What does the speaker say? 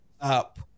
up